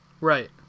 Right